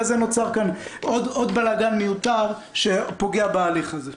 זה נוצר כאן עוד בלגן מיותר שפוגע בהליך הזה.